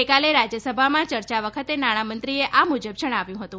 ગઈકાલે રાજ્યસભામાં ચર્ચા વખતે નાણાંમંત્રીએ આ મુજબ જણાવ્યું હતું